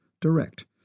direct